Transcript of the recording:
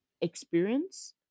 experience